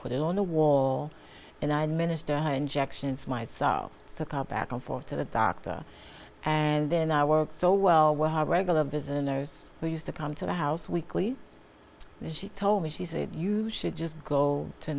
put it on the wall and i administer her injections myself to come back and forth to the doctor and then i work so well we'll have regular visitors who used to come to the house weekly and she told me she said you should just go to